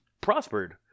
prospered